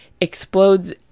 explodes